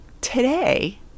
today